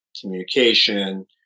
communication